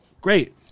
Great